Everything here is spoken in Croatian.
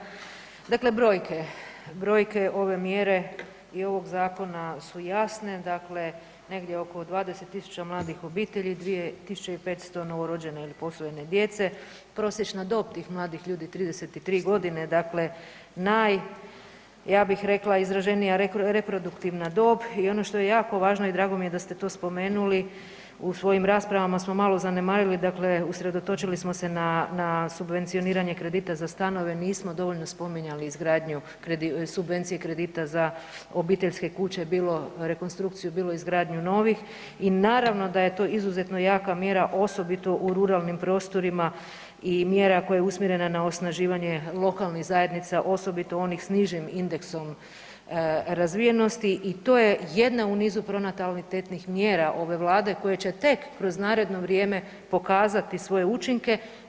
Uvaženi kolega, dakle brojke, brojke ove mjere i ovog zakona su jasne, dakle negdje oko 20.000 mladih obitelji, 2.500 novorođene ili posvojene djece, prosječna dob tih mladih ljudi 33.g., dakle naj, ja bih rekla izraženija reproduktivna dob i ono što je jako važno i drago mi je da ste to spomenuli, u svojim raspravama smo malo zanemarili, dakle usredotočili smo se na, na subvencioniranje kredita za stanove, nismo dovoljno spominjali izgradnju, subvencije kredita za obiteljske kuće, bilo rekonstrukciju, bilo izgradnju novih i naravno da je to izuzetno jaka mjera osobito u ruralnim prostorima i mjera koja je usmjerena na osnaživanje lokalnih zajednica, osobito onih s nižim indeksom razvijenosti i to je jedna u nizu pronatalitetnih mjera ove vlade koja će tek kroz naredno vrijeme pokazati svoje učinke.